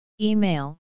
Email